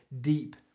deep